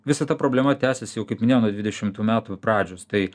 visa ta problema tęsiasi jau kaip minėjau nuo dvidešimtų metų pradžios tai